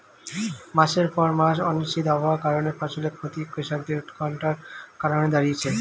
মাসের পর মাস অনিশ্চিত আবহাওয়ার কারণে ফসলের ক্ষতি কৃষকদের উৎকন্ঠার কারণ হয়ে দাঁড়িয়েছে